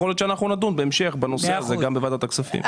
יכול להיות שאנחנו נדון בהמשך בנושא הזה גם בוועדת הכספים.